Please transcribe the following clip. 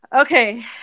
Okay